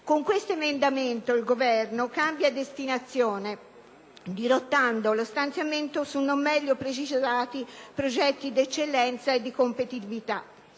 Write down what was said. Con questo articolo il Governo cambia, dirottando lo stanziamento su non meglio precisati progetti di eccellenza e di competitività.